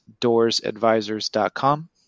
doorsadvisors.com